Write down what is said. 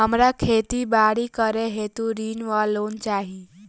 हमरा खेती बाड़ी करै हेतु ऋण वा लोन चाहि?